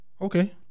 okay